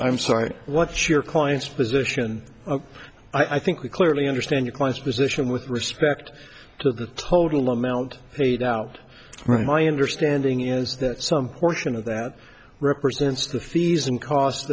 i'm sorry what's your client's position i think we clearly understand your client's position with respect to the total amount paid out my understanding is that some portion of that represents the fees and costs